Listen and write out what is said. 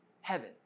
heaven